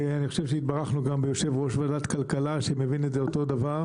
ואני חושב שהתברכנו גם ביושב-ראש ועדת כלכלה שמבין את זה אותו דבר.